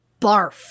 barf